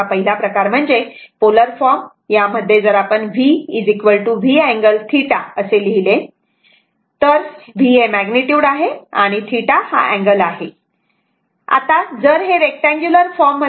तेव्हा पहिला प्रकार म्हणजे पोलर फॉर्म यामध्ये जर आपण v V angle θ V angle θ असे लिहिले तर V हे मॅग्निट्युड आहे आणि θ अँगल आहे तेव्हा आपण हे V अँगल θ असे लिहू शकतो